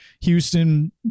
Houston